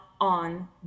on